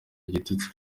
igitutsi